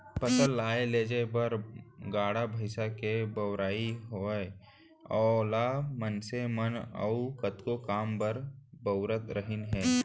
फसल लाए लेजे बर गाड़ा भईंसा के बउराई होवय ओला मनसे मन अउ कतको काम बर बउरत रहिन हें